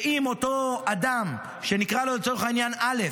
ואם אותו אדם, שנקרא לו לצורך העניין א',